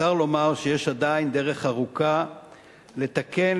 צר לומר שיש עדיין דרך ארוכה כדי לתקן,